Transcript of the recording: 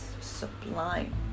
sublime